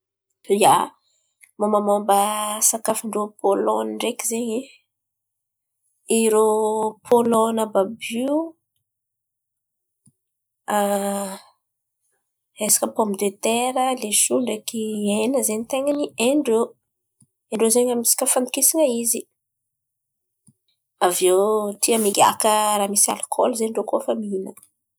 Ia, momba momba sakafo ndrô pôlôn̈y ndreky zen̈y irô pôlôn̈o àby àby io resaka pomidetera, leso ndreky hen̈a zen̈y ten̈a ny hain-drô. Irô zen̈y amy resaka fandokisan̈a izy. Aviô tia migiaka raha misy alikôly zen̈y irô koa fa mihin̈a.